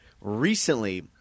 Recently